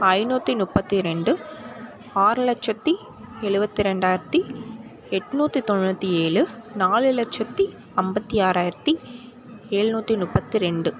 ஐநூற்றி முப்பத்தி ரெண்டு ஆறு லட்சத்தி எழுபத்தி ரெண்டாயிரத்தி எண்நூத்தி தொண்ணூற்றி ஏழு நாலு லட்சத்தி ஐம்பத்தி ஆறாயிரத்தி ஏழு நூற்றி முப்பத்தி ரெண்டு